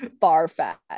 far-fetched